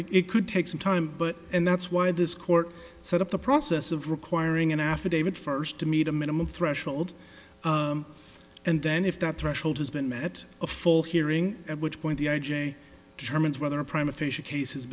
it could take some time but and that's why this court set up the process of requiring an affidavit first to meet a minimum threshold and then if that threshold has been met a full hearing at which point the i j a tremens whether a prime official case